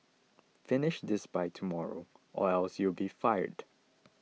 finish this by tomorrow or else you'll be fired